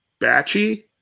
batchy